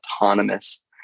autonomous